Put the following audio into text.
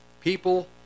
people